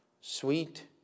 sweet